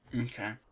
Okay